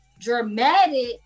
dramatic